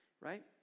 right